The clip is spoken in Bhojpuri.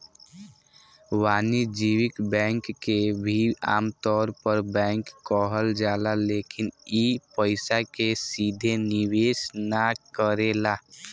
वाणिज्यिक बैंक के भी आमतौर पर बैंक कहल जाला लेकिन इ पइसा के सीधे निवेश ना करेला